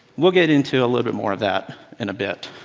we'll get into a little bit more of that in a bit,